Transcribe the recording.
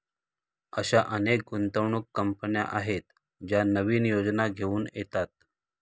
अशा अनेक गुंतवणूक कंपन्या आहेत ज्या नवीन योजना घेऊन येतात